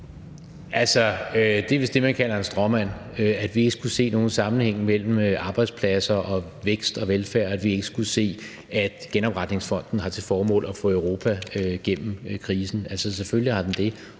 det er vist det, man kalder en stråmand: At vi ikke skulle se nogen sammenhæng mellem arbejdspladser og vækst og velfærd, at vi ikke skulle se, at genopretningsfonden har til formål at få Europa gennem krisen. Altså, selvfølgelig har den det,